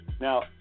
Now